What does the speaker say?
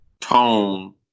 tone